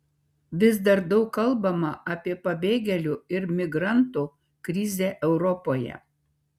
vis dar daug kalbama apie pabėgėlių ir migrantų krizę europoje